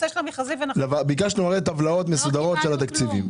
הרי ביקשנו טבלאות מסודרות של התקציבים.